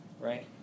right